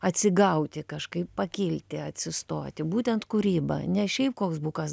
atsigauti kažkaip pakilti atsistoti būtent kūryba ne šiaip koks bukas